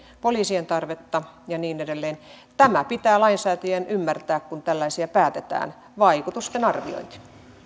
poliisien tarvetta ja niin edelleen tämä pitää lainsäätäjän ymmärtää kun tällaisia päätetään vaikutusten arviointi